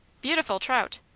beautiful trout.